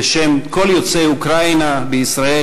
בשם כל יוצאי אוקראינה בישראל,